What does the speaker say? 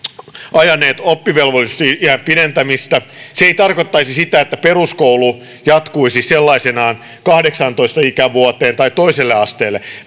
ajaneet oppivelvollisuusiän pidentämistä se ei tarkoittaisi sitä että peruskoulu jatkuisi sellaisenaan kahdeksaantoista ikävuoteen tai toiselle asteelle